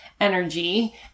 energy